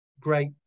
great